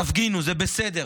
תפגינו, זה בסדר,